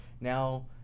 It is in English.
now